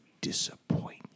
disappoint